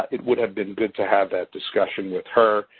it would have been good to have that discussion with her.